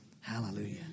Hallelujah